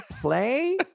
play